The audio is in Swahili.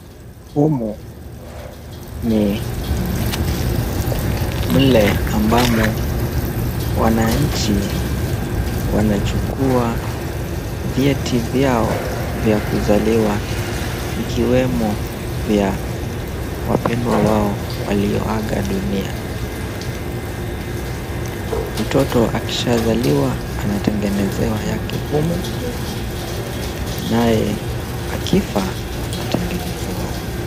Humu ni mle ambamo wananchi wanachukuwa vyeti vyao vya kuzaliwa ikiwemo vya wapendwa wao walioaga dunia. Mtoto akishazaliwa anatengenezewa yake humu naye akifa anatengenezewa humu.